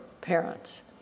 parents